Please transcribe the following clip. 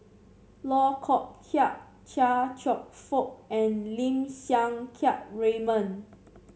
Loh Kok Heng Chia Cheong Fook and Lim Siang Keat Raymond